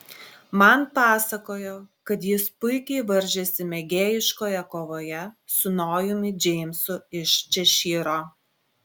man pasakojo kad jis puikiai varžėsi mėgėjiškoje kovoje su nojumi džeimsu iš češyro